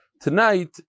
Tonight